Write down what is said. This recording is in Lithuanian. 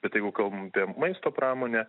bet jeigu kalbam apie maisto pramonę